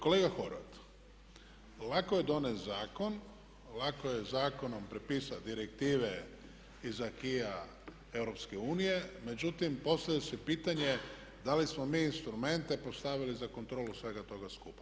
Kolega Horvat, lako je donijeti zakon, lako je zakonom prepisati direktive i acquisa EU, međutim postavlja se pitanje da li smo mi instrumente postavili za kontrolu svega toga skupa.